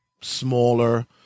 smaller